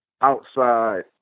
outside